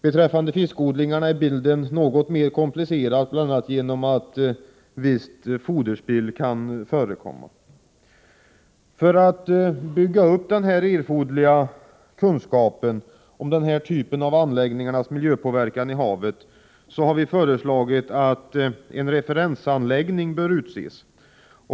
Beträffande fiskodlingar är bilden något mer komplicerad, bl.a. därför att ett visst foderspill kan förekomma. För att bygga upp erforderlig kunskap om hur denna typ av anläggningar påverkar miljön i havet, har vi föreslagit att en referensanläggning utses.